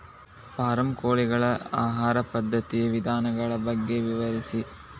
form ಕೋಳಿಗಳ ಆಹಾರ ಪದ್ಧತಿಯ ವಿಧಾನಗಳ ಬಗ್ಗೆ ವಿವರಿಸಿ